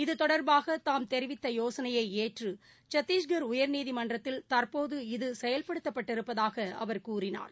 இது தொடர்பாகதாம் தெரிவித்தயோசனையைஏற்றுசத்திஷ்கதர் உயர்நீதிமன்றத்தில் தற்போது இத செயல்படுத்தப்பட்டிருப்பதாகஅவர் கூறினார்